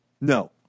No